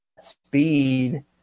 speed